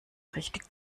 richtig